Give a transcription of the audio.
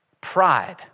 pride